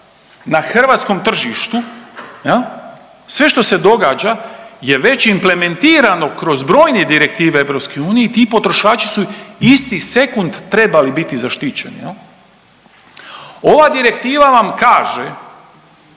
na hrvatskom tržištu jel, sve što se događa je već implementirano kroz brojne direktive EU i ti potrošači su isti sekund trebali biti zaštićeni jel. Ova direktiva vam kaže